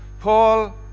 Paul